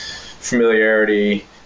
familiarity